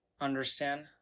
understand